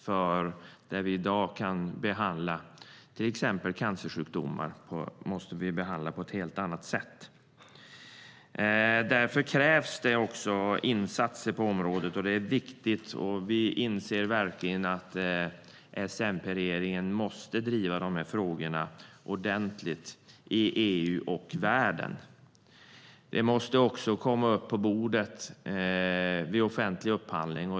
Vi kan till exempel få behandla cancersjukdomar på ett helt annat sätt än i dag. Därför krävs också insatser på området. Det är viktigt, och vi inser verkligen att S-MP-regeringen måste driva dessa frågor ordentligt i EU och i världen. De måste också komma upp på bordet vid offentlig upphandling.